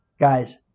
guys